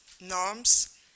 norms